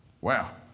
Wow